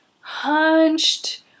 hunched